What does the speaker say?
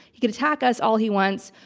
he can attack us all he wants.